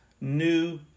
new